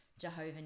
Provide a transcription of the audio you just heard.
Jehovah